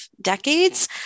decades